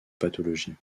pathologies